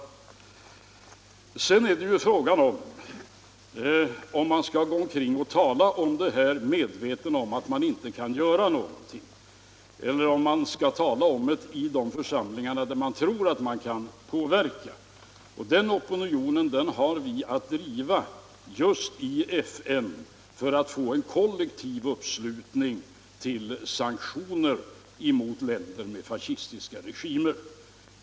Sedan är det fråga om huruvida man skall gå omkring och tala om detta, medveten om att man inte kan göra något, eller om man skall tala om det i de församlingar där man tror att man kan påverka förhållandena. Den opinion det här gäller har vi att driva just i FN för att få en kollektiv uppslutning kring sanktioner mot länder med fascistiska regimer.